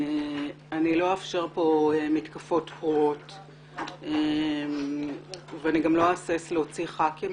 אני לא אאפשר פה מתקפות פרועות ואני גם לא אהסס להוציא חברי כנסת,